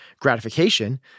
gratification